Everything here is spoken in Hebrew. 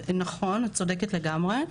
נכון, את צודקת לגמרי.